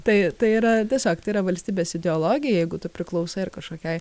tai yra tiesiog tai yra valstybės ideologija jeigu tu priklausai ar kažkokiai